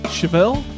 Chevelle